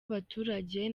abaturage